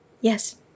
Yes